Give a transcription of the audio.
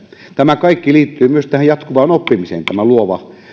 tämä kaikki liittyy myös tähän jatkuvaan oppimiseen koska tämä luova